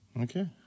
Okay